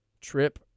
trip